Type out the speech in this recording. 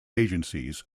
agencies